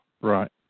Right